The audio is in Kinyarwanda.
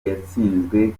yatsinzwe